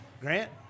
Grant